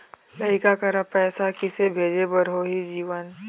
लइका करा पैसा किसे भेजे बार होही जीवन